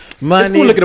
money